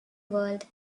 world